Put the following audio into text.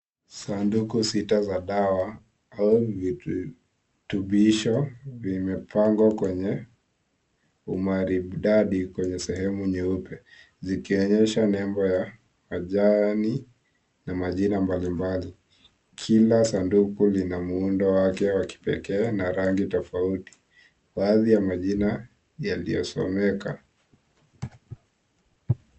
Sanduku sita za dawa au virutubisho vimepangwa kwenye umaridadi kwenye sehemu nyeupe. Zikionyesha nembo ya majani na majina mbalimbali. Kila sanduku lina muundo wake wa kipekee na rangi tofuati. Baadhi ya majina yalioyosomeka.